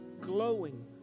glowing